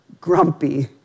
grumpy